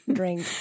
drink